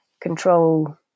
control